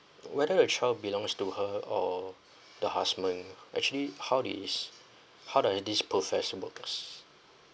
whether the child belongs to her or the husband actually how it is how does this